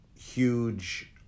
huge